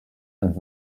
and